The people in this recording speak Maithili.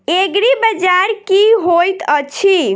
एग्रीबाजार की होइत अछि?